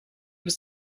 was